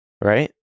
right